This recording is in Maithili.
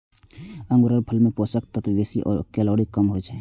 अंगूरफल मे पोषक तत्व बेसी आ कैलोरी कम होइ छै